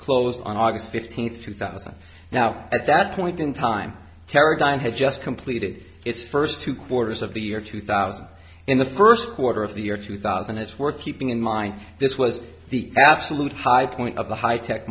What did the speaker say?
closed on august fifteenth two thousand now at that point in time terry dion had just completed its first two quarters of the year two thousand in the first quarter of the year two thousand it's worth keeping in mind this was the absolute high point of the high tech